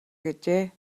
гэжээ